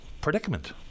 predicament